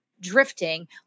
Drifting